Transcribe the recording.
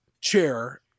chair